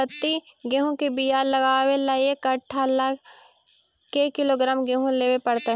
सरबति गेहूँ के बियाह लगबे ल एक कट्ठा ल के किलोग्राम गेहूं लेबे पड़तै?